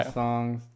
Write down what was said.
songs